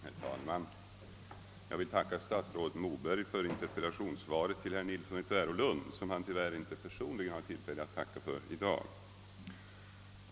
Herr talman! Jag vill tacka statsrådet Moberg för interpellationssvaret till herr Nilsson i Tvärålund, som tyvärr inte personligen har tillfälle att tacka för det i dag.